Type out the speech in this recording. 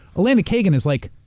elena kagan is like,